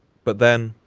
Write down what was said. but then,